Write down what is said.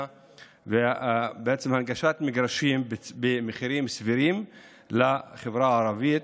והנגשת מגרשים במחירים סבירים לחברה הערבית,